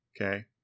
okay